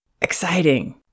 exciting